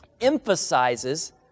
emphasizes